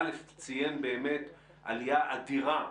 שציין עלייה אדירה,